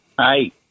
Hi